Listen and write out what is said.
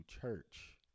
church